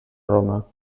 roma